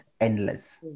endless